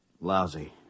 Lousy